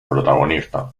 protagonista